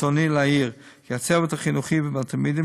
ברצוני להעיר כי הצוות החינוכי והתלמידים